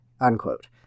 unquote